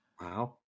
Wow